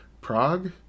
Prague